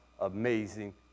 amazing